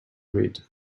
read